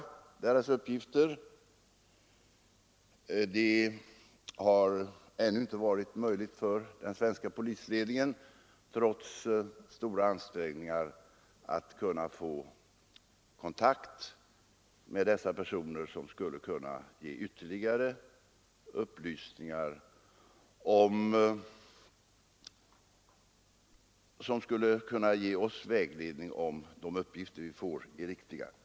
Trots stora ansträngningar har det emellertid inte ännu varit möjligt för den svenska polisledningen att få kontakt med dessa personer, som skulle kunna ge ytterligare upplysningar och vägledning om huruvida de uppgifter vi fått är riktiga.